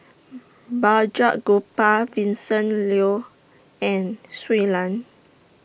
Balraj Gopal Vincent Leow and Shui Lan